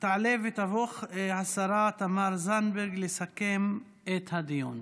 תעלה ותבוא השרה תמר זנדברג לסכם את הדיון.